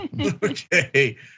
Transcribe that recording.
okay